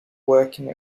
working